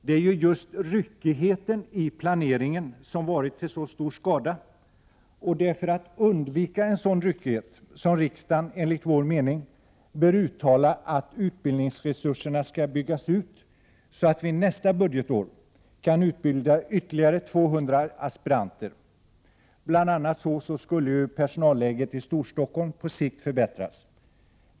Det är ju just ryckigheten i planeringen som varit till så stor skada, och det är för att undvika en sådan ryckighet som riksdagen enligt vår mening bör uttala att utbildningsresurserna skall byggas ut så, att vi nästa budgetår kan utbilda ytterligare 200 aspiranter. Bl.a. skulle personalläget i Storstockholm på sikt förbättras.